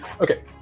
Okay